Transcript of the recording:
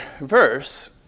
verse